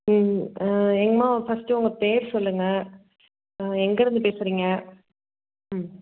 ம் ஏங்கமா ஃபஸ்ட்டு உங்கள் பேர் சொல்லுங்கள் எங்கேருந்து பேசுகிறிங்க ம்